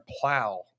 plow